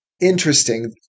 interesting